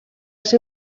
ser